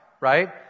right